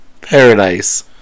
Paradise